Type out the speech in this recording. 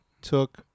took